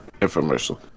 infomercial